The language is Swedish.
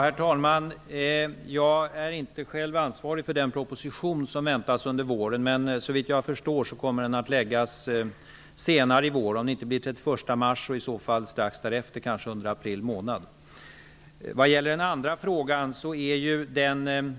Herr talman! Jag är själv inte ansvarig för den proposition som väntas under våren. Men såvitt jag förstår kommer den att läggas fram senare i vår. Om det inte blir den 31 mars, blir det i alla fall strax därefter, kanske under april månad. När det gäller den andra frågan rör det sig enligt lagens